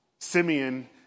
Simeon